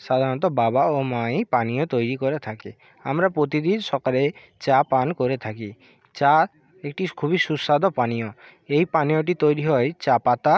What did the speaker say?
সাধারণত বাবা ও মাই পানীয় তৈরি করে থাকে আমরা প্রতিদিন সকালে চা পান করে থাকি চা একটি খুবই সুস্বাদু পানীয় এই পানীয়টি তৈরি হয় চা পাতা